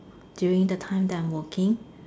during the time that I'm working